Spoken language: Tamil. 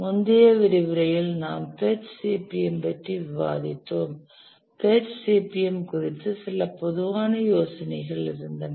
முந்தைய விரிவுரையில் நாம் PERT CPM பற்றி விவாதித்தோம் PERT CPM குறித்து சில பொதுவான யோசனைகள் இருந்தன